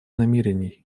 намерений